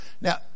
Now